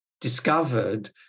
discovered